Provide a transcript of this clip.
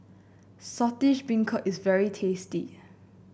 Saltish Beancurd is very tasty